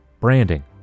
Branding